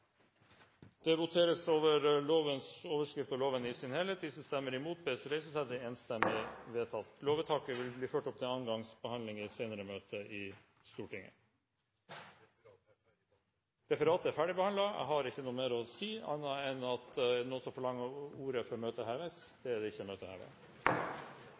Det voteres over lovens overskrift og loven i sin helhet. Lovvedtaket vil bli ført opp til andre gangs behandling i et senere møte i Stortinget. Sak nr. 17, referat, er behandlet tidligere i dag. Forlanger noen ordet før møtet heves?